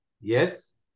Yes